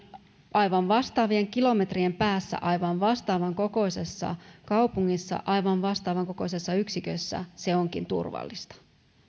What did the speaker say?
aivan vastaavien kilometrien päässä aivan vastaavan kokoisessa kaupungissa aivan vastaavan kokoisessa yksikössä se onkin turvallista